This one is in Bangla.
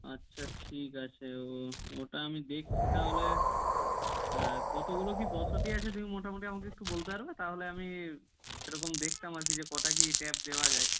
আচ্ছা ঠিক আছে ও ওটা আমি দেখছি তাহলে আর কতগুলো কী বসতি আছে তুমি মোটামুটি আমাকে একটু বলতে পারবে তাহলে আমি সেরকম দেখতাম আর কি যে কটা কী ট্যাপ দেওয়া যায়